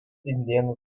indėnų